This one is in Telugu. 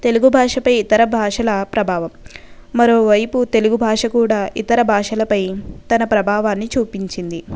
తెలుగు భాషపై ఇతర భాషల ప్రభావం మరోవైపు తెలుగు భాష కూడా ఇతరభాషలపై తన ప్రభవాన్నీ చూపించింది